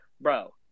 Bro